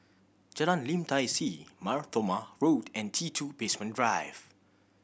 Jalan Lim Tai See Mar Thoma Road and T Two Basement Drive